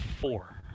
four